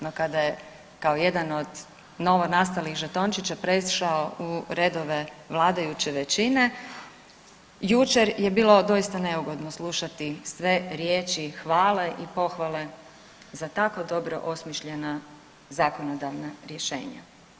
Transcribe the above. No, kada je kao jedan od novonastalih žetončića prešao u redove vladajuće većine, jučer je bilo doista neugodno slušati sve riječi hvale i pohvale za tako dobro osmišljena zakonodavna rješenja.